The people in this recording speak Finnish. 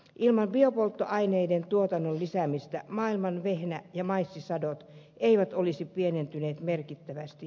ilman biopolttoaineiden tuotannon lisäämistä maailman vehnä ja maissisadot eivät olisi pienentyneet merkittävästi